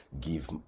give